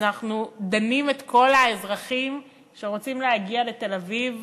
אז אנחנו דנים את כל האזרחים שרוצים להגיע לתל-אביב